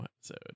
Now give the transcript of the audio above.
episode